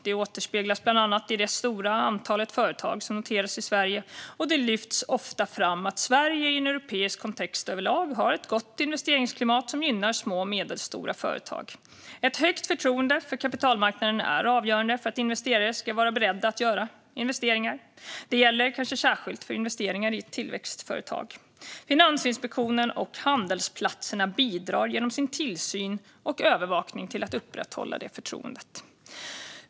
Det återspeglas bland annat i det stora antalet företag som noteras i Sverige, och det lyfts ofta fram att Sverige i en europeisk kontext överlag har ett gott investeringsklimat som gynnar små och medelstora företag. Ett stort förtroende för kapitalmarknaden är avgörande för att investerare ska vara beredda att göra investeringar. Detta gäller kanske särskilt för investeringar i tillväxtföretag. Finansinspektionen och handelsplatserna bidrar genom sin tillsyn och övervakning till att upprätthålla det förtroendet.